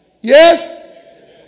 Yes